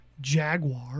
jaguar